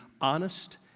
honest